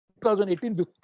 2018